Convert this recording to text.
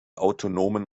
autonomen